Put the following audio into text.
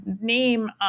name